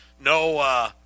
no